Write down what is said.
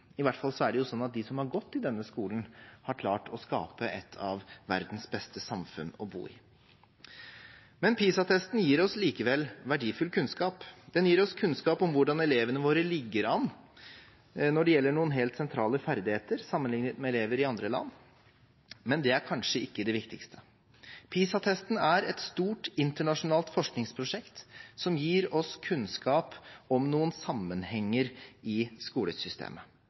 I hvert fall er det sånn at de som har gått i denne skolen, har klart å skape et av verdens beste samfunn å bo i. Men PISA-testen gir oss likevel verdifull kunnskap. Den gir oss kunnskap om hvordan elevene våre ligger an når det gjelder noen helt sentrale ferdigheter sammenlignet med elever i andre land, men det er kanskje ikke det viktigste. PISA-testen er et stort internasjonalt forskningsprosjekt som gir oss kunnskap om noen sammenhenger i skolesystemet,